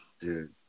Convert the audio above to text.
Dude